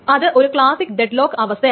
ഇത് ഒരു classic deadlock അവസ്ഥയാണ്